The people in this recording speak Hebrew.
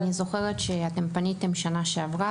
אני זוכרת שפניתם בשנה שעברה,